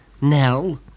Nell